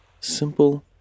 simple